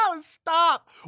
stop